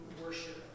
worship